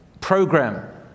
program